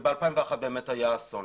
רק שב-2001 באמת קרה האסון.